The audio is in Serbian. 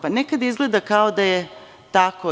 Pa, nekad izgleda da je tako.